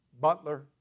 butler